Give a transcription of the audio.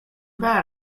bad